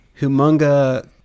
Humunga